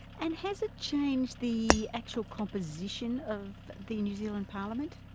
and has it changed the actual composition of the new zealand parliament?